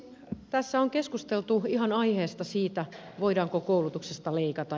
tässä on keskusteltu ihan aiheesta siitä voidaanko koulutuksesta leikata